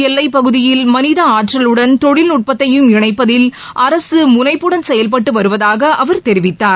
எல்லைப் பகுதியில் மனித ஆற்றலுடன் தொழில்நட்பத்தையும் இணைப்பதில் அரசு முனைப்புடன் செயல்பட்டு வருவதாக அவர் தெரிவித்தார்